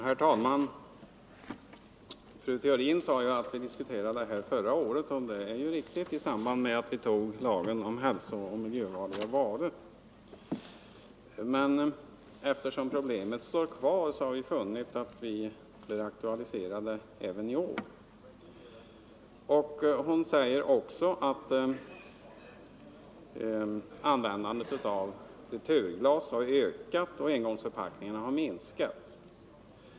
Herr talman! Fru Theorin sade att vi diskuterade det här förra året —- och det är riktigt — i samband med att vi antog lagen om hälsooch miljöfarliga varor. Men eftersom problemet står kvar har vi inom vårt parti funnit att vi bör aktualisera saken även i år. Fru Theorin säger också att användandet av returglas har ökat och att engångsförpackningarna har minskat.